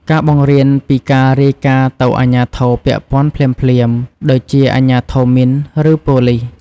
ការបង្រៀនពីការរាយការណ៍ទៅអាជ្ញាធរពាក់ព័ន្ធភ្លាមៗ ដូចជាអាជ្ញាធរមីន ឬប៉ូលិស។